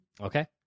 Okay